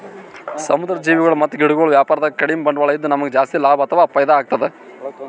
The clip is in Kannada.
ಸಮುದ್ರ್ ಜೀವಿಗೊಳ್ ಮತ್ತ್ ಗಿಡಗೊಳ್ ವ್ಯಾಪಾರದಾಗ ಕಡಿಮ್ ಬಂಡ್ವಾಳ ಇದ್ದ್ ನಮ್ಗ್ ಜಾಸ್ತಿ ಲಾಭ ಅಥವಾ ಫೈದಾ ಆಗ್ತದ್